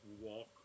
walk